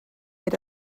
era